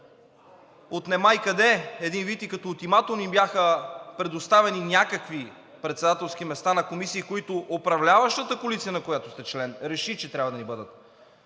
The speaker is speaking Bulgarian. от немай-къде и един вид като ултиматум ни бяха предоставени някакви председателски места на комисии, за които управляващата коалиция, на която сте член, реши, че трябва да ни бъдат